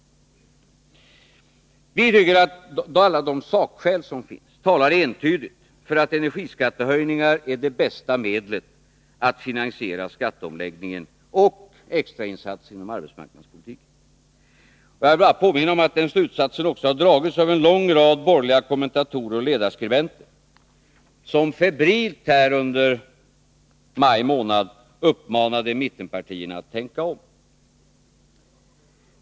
Vi tycker att alla de sakskäl som finns entydigt talar för att energiskattehöjningar är det bästa medlet att finansiera skatteomläggning och extra insatser inom arbetsmarknadspolitiken. Jag vill bara påminna om att den slutsatsen också har dragits av en lång rad borgerliga kommentatorer och ledarskribenter, som under maj månad febrilt uppmanat mittenpartierna att tänka om.